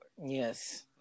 Yes